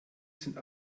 sind